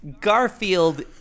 Garfield